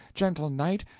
gentle knight,